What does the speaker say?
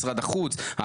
משרד החוץ,